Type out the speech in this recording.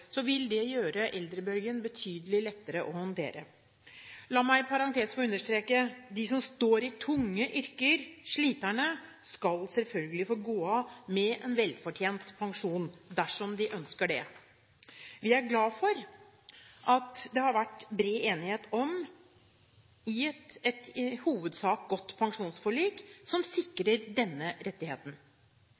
vil det gjøre eldrebølgen betydelig lettere å håndtere. La meg – i parentes – få understreke: De som står i tunge yrker, sliterne, skal selvfølgelig få gå av med en velfortjent pensjon dersom de ønsker det. Vi er glade for at det har vært bred enighet om – i hovedsak – et godt pensjonsforlik, som sikrer denne rettigheten.